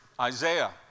Isaiah